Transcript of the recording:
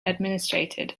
administrated